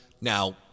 Now